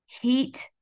heat